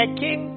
king